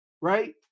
right